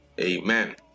Amen